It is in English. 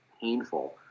painful